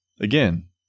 Again